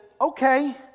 okay